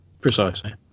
Precisely